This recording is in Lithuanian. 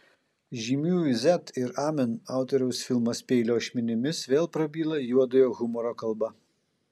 žymiųjų z ir amen autoriaus filmas peilio ašmenimis vėl prabyla juodojo humoro kalba